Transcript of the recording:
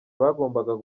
bagombaga